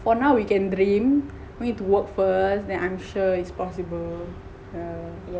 for now we can dream we need to work first and I'm sure it's possible yeah